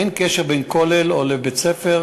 אין קשר לכולל או בית-ספר,